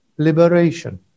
Liberation